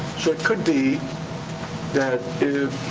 so it could be that if